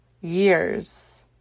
years